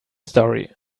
story